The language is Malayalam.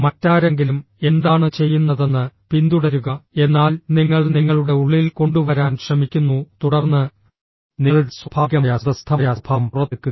മറ്റാരെങ്കിലും എന്താണ് ചെയ്യുന്നതെന്ന് പിന്തുടരുക എന്നാൽ നിങ്ങൾ നിങ്ങളുടെ ഉള്ളിൽ കൊണ്ടുവരാൻ ശ്രമിക്കുന്നു തുടർന്ന് നിങ്ങളുടെ സ്വാഭാവികമായ സ്വതസിദ്ധമായ സ്വഭാവം പുറത്തെടുക്കുക